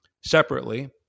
Separately